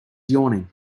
yawning